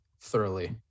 thoroughly